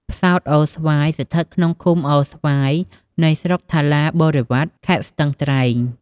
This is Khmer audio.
ផ្សោតអូរស្វាយ ស្ថិតក្នុងឃុំអូរស្វាយ នៃស្រុកថាឡាបូរិវ៉ាត ខេត្តស្ទឹងត្រែង។